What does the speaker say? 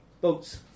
Boats